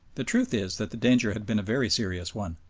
the truth is that the danger had been a very serious one.